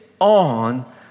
on